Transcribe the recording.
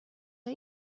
های